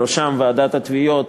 ובראשם ועידת התביעות,